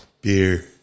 Beer